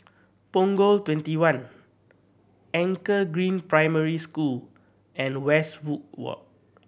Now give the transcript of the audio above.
Punggol Twenty one Anchor Green Primary School and Westwood Walk